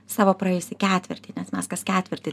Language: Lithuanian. savo praėjusį ketvirtį nes mes kas ketvirtį